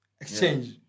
exchange